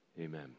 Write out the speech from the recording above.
Amen